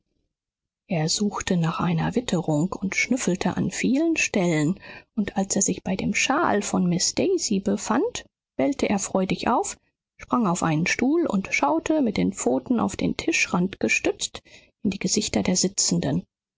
er suchte nach einer witterung und schnüffelte an vielen stellen und als er sich bei dem schal von miß daisy befand bellte er freudig auf sprang auf einen stuhl und schaute mit den pfoten auf den tischrand gestützt in die gesichter der sitzenden